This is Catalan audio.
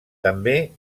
també